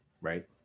right